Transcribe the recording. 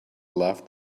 loved